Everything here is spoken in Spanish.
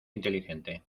inteligente